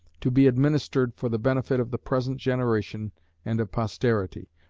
to be administered for the benefit of the present generation and of posterity,